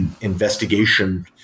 investigation